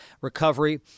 Recovery